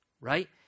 Right